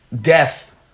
death